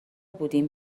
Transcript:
بودیم